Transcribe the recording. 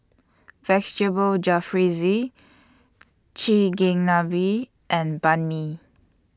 Vegetable Jalfrezi Chigenabe and Banh MI